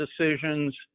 decisions